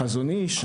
החזון איש,